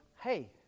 hey